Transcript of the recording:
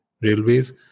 Railways